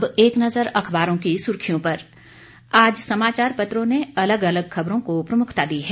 अब एक नज़र अखबारों की सुर्खियों पर आज समाचार पत्रों ने अलग अलग खबरों को प्रमुखता दी है